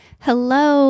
Hello